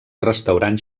restaurant